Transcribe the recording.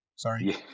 Sorry